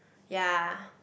ya